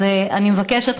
אז אני מבקשת,